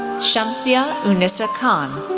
shamsya unissa khan,